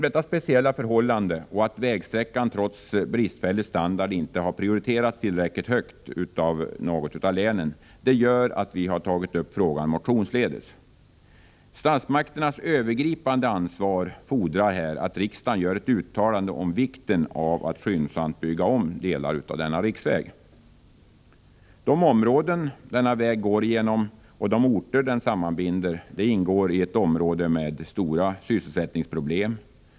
Detta speciella förhållande och att vägsträckan trots bristfällig standard inte har prioriterats tillräckligt högt av något av länen gör att vi har tagit upp frågan motionsledes. Statsmakternas övergripande ansvar fordrar här att riksdagen gör ett uttalande om vikten av att skyndsamt bygga om delar av denna riksväg. De områden denna väg går igenom och de orter den sammanbinder ingår i en region med stora sysselsättningsproblem.